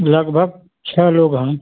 लगभग छः लोग हैं